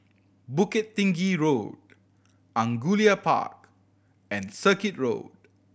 Bukit Tinggi Road Angullia Park and Circuit Road